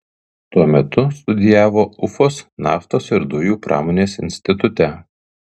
tuo metu studijavo ufos naftos ir dujų pramonės institute